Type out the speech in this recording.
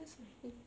that's why